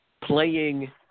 playing